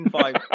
five